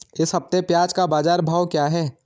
इस हफ्ते प्याज़ का बाज़ार भाव क्या है?